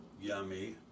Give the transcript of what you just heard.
yummy